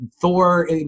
Thor